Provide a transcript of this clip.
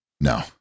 No